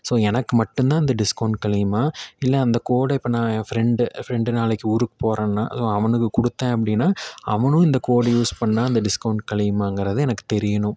so எனக்கு மட்டும் தான் இந்த டிஸ்கௌண்ட் கழியுமா இல்லை அந்த கோடு இப்போ நான் என் ஃப்ரெண்டு ஃப்ரெண்டு நாளைக்கு ஊருக்கு போகிறேன்னா அதுவும் அவனுக்கு கொடுத்தேன் அப்படின்னா அவனும் இந்த கோடு யூஸ் பண்ணிணா இந்த டிஸ்கௌண்ட் கழியுமாங்கிறது எனக்கு தெரியணும்